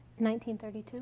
1932